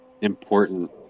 important